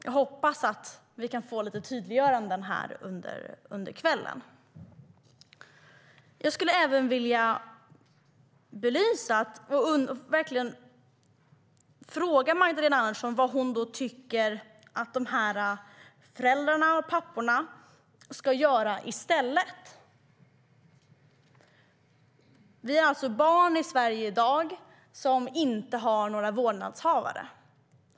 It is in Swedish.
Jag hoppas att vi kan få en del tydliggöranden under kvällen. Jag skulle även vilja fråga Magdalena Andersson vad hon tycker att dessa föräldrar, dessa pappor, ska göra i stället. Vi har alltså barn i Sverige i dag som inte har några vårdnadshavare.